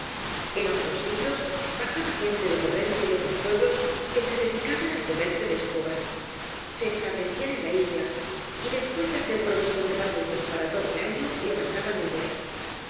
eq otros siglos bajaba gente de torrente y otros pueblos que se dedicaban al comercio de escoban se establecían en la isla y después de hacer provisión de palmitos para todo el año levantaban el vuelo